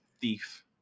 thief